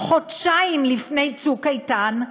חודשיים לפני "צוק איתן"?